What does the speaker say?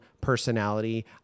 personality